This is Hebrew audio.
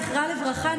זכרה לברכה,